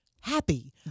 happy